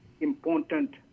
important